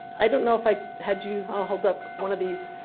i don't know if i had you i'll hold up one of these.